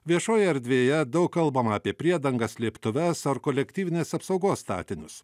viešojoje erdvėje daug kalbama apie priedangą slėptuves ar kolektyvinės apsaugos statinius